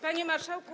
Panie Marszałku!